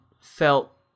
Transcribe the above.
felt